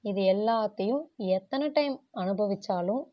இது எல்லாத்தையும் எத்தனை டைம் அனுபவித்தாலும்